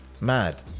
Mad